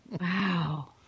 wow